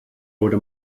wurde